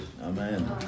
Amen